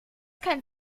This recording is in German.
kein